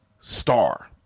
star